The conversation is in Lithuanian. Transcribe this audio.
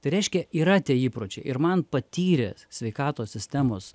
tai reiškia yra tie įpročiai ir man patyrę sveikatos sistemos